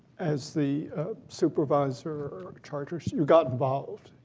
as the supervisor or charger, you got involved.